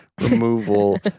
removal